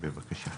בבקשה.